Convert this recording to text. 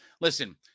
Listen